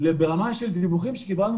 אז אם אפשר התייחסות קצרה כדי שנוכל להתקדם.